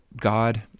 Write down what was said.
God